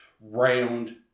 round